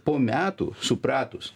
po metų supratus